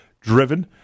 driven